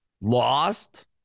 Lost